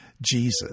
Jesus